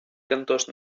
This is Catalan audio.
cantors